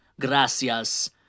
Gracias